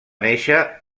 néixer